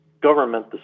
government